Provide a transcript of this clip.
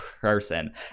person